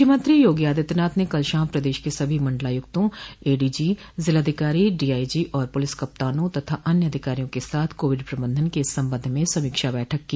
मुख्यमंत्री योगी आदित्यनाथ ने कल शाम प्रदेश के सभी मंडलायुक्तों एडीजी जिलाधिकारी डीआईजी और पूलिस कप्तानों व अन्य अधिकारियों के साथ कोविड प्रबंधन के संबंध में समीक्षा बैठक की